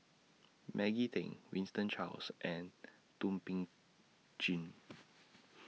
Maggie Teng Winston Choos and Thum Ping Tjin